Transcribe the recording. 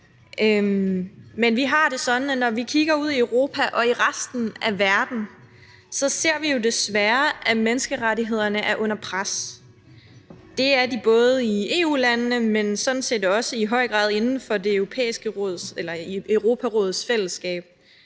Men vi har det sådan, at når vi kigger ud i Europa og i resten af verden, ser vi jo desværre, at menneskerettighederne er under pres. Det er de både i EU-landene, men sådan set også i høj grad inden for Europarådets fællesskab,